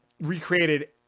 recreated